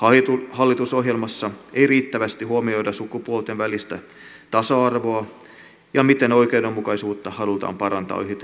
hallitusohjelmassa ei riittävästi huomioida sukupuolten välistä tasa arvoa ja sitä miten oikeudenmukaisuutta halutaan parantaa